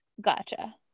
Gotcha